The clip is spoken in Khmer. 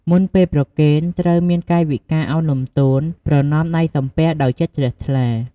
មុនពេលប្រគេន ត្រូវមានកាយវិការឱនលំទោន ប្រណម្យដៃសំពះដោយចិត្តជ្រះថ្លា។